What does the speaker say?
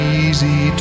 easy